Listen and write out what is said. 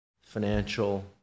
financial